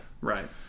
Right